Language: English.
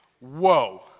Whoa